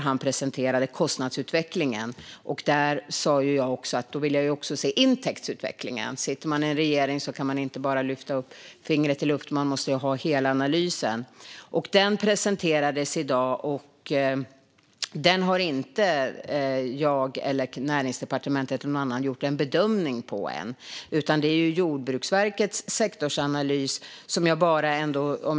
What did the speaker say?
Han presenterade kostnadsutvecklingen, och jag sa att jag också ville se intäktsutvecklingen. Sitter man i en regering kan man inte bara lyfta upp fingret i luften. Man måste ha hela analysen, och den presenterades i dag. Jag eller Näringsdepartementet eller någon annan har inte gjort en bedömning av den än. Det är Jordbruksverkets sektorsanalys.